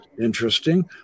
Interesting